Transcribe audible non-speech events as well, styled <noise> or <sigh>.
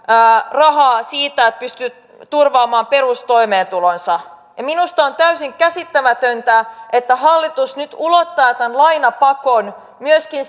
rahaa siitä että pystyy turvaamaan perustoimeentulonsa minusta on täysin käsittämätöntä että hallitus nyt ulottaa tämän lainapakon myöskin <unintelligible>